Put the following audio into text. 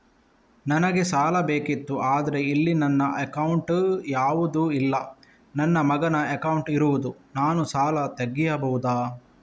ನನಗೆ ಸಾಲ ಬೇಕಿತ್ತು ಆದ್ರೆ ಇಲ್ಲಿ ನನ್ನ ಅಕೌಂಟ್ ಯಾವುದು ಇಲ್ಲ, ನನ್ನ ಮಗನ ಅಕೌಂಟ್ ಇರುದು, ನಾನು ಸಾಲ ತೆಗಿಬಹುದಾ?